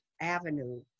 Avenue